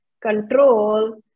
control